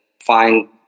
find